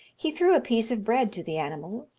he threw a piece of bread to the animal,